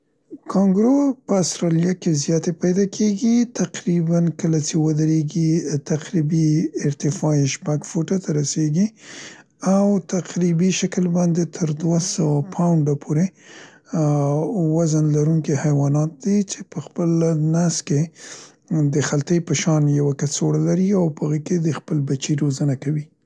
کانګرو په استرالیا کې زیاتې پیدا کېګي. تقریباً کله څې ودرېګي، تقریبي ارتفاع یې شپږ فوټو ته رسېږي او تقریبي شکل باندې تر دوه سوو پاونډو پورې وزن لرونکي حیوانات دي چې په خپل نس کې د خلتې په شان یوه کڅوړه لري چې به هغه کې د خپل بچي روزنه کوي.